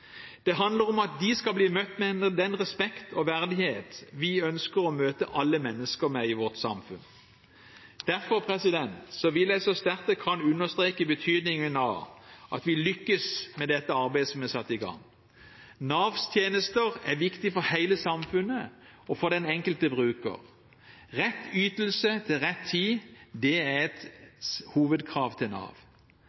Det handler om at de skal bli møtt med den respekt og verdighet vi ønsker å møte alle mennesker med i vårt samfunn. Derfor vil jeg så sterkt jeg kan understreke betydningen av at vi lykkes med dette arbeidet som er satt i gang. Navs tjenester er viktig for hele samfunnet og for den enkelte bruker. Rett ytelse til rett tid, det er et hovedkrav til Nav.